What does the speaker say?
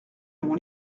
mon